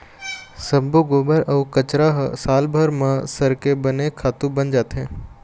सब्बो गोबर अउ कचरा ह सालभर म सरके बने खातू बन जाथे